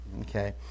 Okay